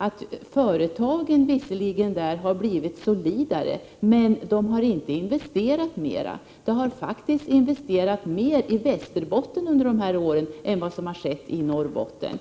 har företagen visserligen blivit solidare, men de har inte investerat mer. Det har faktiskt investerats mer i Västerbotten under de här åren än vad som har skett i Norrbotten.